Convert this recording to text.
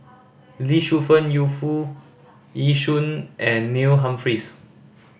Lee Shu Fen Yu Foo Yee Shoon and Neil Humphreys